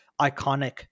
iconic